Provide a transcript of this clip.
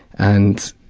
and